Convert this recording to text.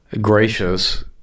gracious